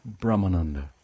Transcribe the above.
Brahmananda